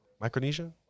Micronesia